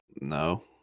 no